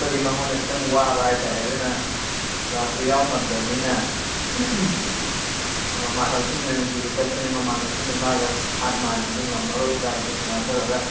ꯆꯠꯄꯗꯤ ꯃꯉꯣꯟꯗ ꯈꯤꯇꯪ ꯋꯥꯕ ꯍꯥꯏꯇꯔꯦ ꯑꯗꯨꯅ ꯀ꯭ꯂꯥꯁꯇꯨ ꯌꯥꯎ ꯉꯝꯗꯕꯅꯤꯅ ꯃꯃꯥꯟꯅꯕꯁꯤꯡꯅ ꯅꯨꯡꯇꯤꯒꯤ ꯆꯠꯄꯅꯤꯅ ꯃꯃꯥꯟꯅꯕꯁꯤꯡꯒ ꯃꯥꯒ ꯊꯥꯛ ꯃꯥꯟꯅꯕꯗꯨ ꯉꯝꯃꯔꯣꯏꯗ꯭ꯔꯥ ꯑꯗꯨꯅ ꯀꯃꯥꯏꯅ ꯇꯧꯔꯒ